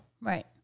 Right